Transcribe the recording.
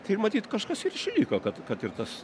tai ir matyt kažkas ir išvyko kad kad ir tas